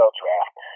draft